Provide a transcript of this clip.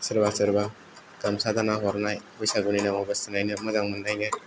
सोरबा सोरबा गामसा दान हरनाय बैसागुनि नामाव गोस्थोनायनो मोजां मोननायनो